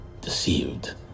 deceived